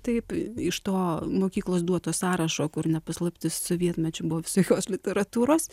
taip iš to mokyklos duoto sąrašo kur ne paslaptis sovietmečiu buvo visokios literatūros